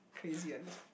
crazy ah